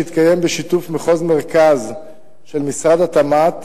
שיתקיים בשיתוף מחוז מרכז של משרד התמ"ת,